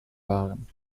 waren